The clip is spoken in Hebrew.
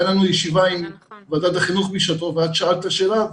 הייתה לנו ישיבה עם ועדת החינוך בשעתו ואת שאלת את השאלה הזו.